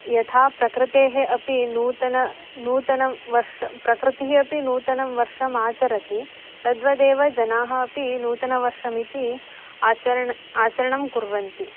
यथा प्रकृतेः अपि नूतनः नूतनः वर्षः प्रकृतिः अपि नूतनं वर्षमाचरति तद्वदेव जनाः अपि नूतनमर्षमिति आचरणम् आचरणं कुर्वन्ति